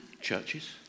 churches